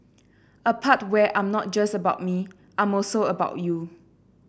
a part where I'm not just about me I'm also about you